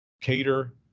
cater